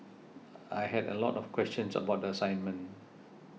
I had a lot of questions about the assignment